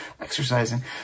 exercising